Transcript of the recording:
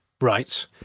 right